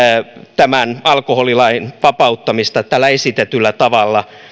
tämän alkoholilain vapauttamista tällä esitetyllä tavalla